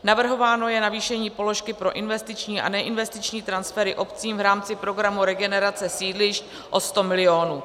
Navrhováno je navýšení položky pro investiční a neinvestiční transfery obcím v rámci programu Regenerace sídlišť o 100 milionů.